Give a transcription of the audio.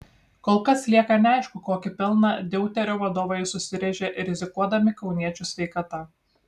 kol kas lieka neaišku kokį pelną deuterio vadovai susižėrė rizikuodami kauniečių sveikata